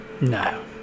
no